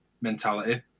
mentality